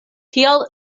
tial